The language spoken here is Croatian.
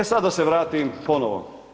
E sad da se vratim ponovno.